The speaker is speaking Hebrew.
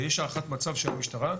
ויש הערכת מצב של המשטרה,